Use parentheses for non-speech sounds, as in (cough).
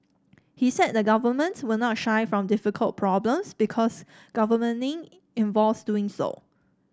he said the government will not shy from difficult problems because governing (unintelligible) involves doing those